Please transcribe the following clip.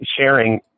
Sharing